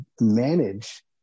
manage